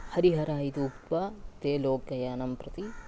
हरिहर इत्युक्त्वा ते लोकयानं प्रति